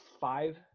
five